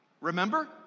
Remember